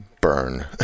burn